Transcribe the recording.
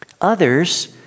Others